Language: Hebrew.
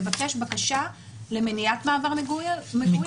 ולבקש בקשה למניעת מעבר מגורים לכל התקופה.